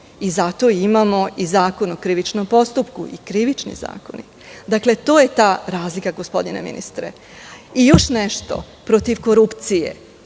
Zato imamo i Zakon o krivičnog postupku i Krivični zakonik. Dakle, to je ta razlika, gospodine ministre. Protiv korupcije